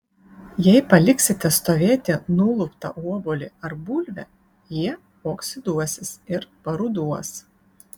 jei paliksite stovėti nuluptą obuolį ar bulvę jie oksiduosis ir paruduos